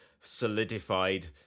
solidified